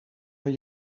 van